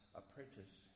apprentice